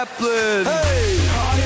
Hey